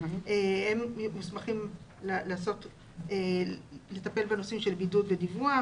הם מוסמכים לטפל בנושאים של בידוד ודיווח